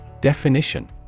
Definition